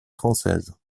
française